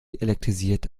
elektrisiert